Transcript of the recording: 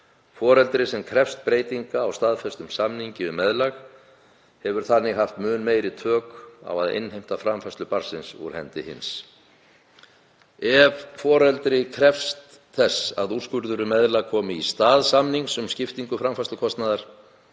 Foreldri sem krefst breytinga á staðfestum samningi um meðlag hefur þannig haft mun betri tök á að innheimta framfærslu barnsins úr hendi hins. Ef foreldri krefst þess að úrskurður um meðlag komi í stað samnings um skiptingu framfærslukostnaðar